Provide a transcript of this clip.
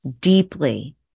deeply